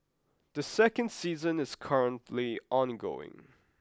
the second season is currently ongoing